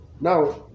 Now